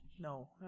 No